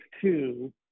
two